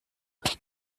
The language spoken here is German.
die